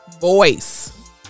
voice